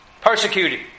persecuted